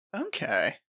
Okay